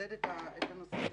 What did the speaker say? לחדד את הנושא הזה.